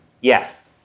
Yes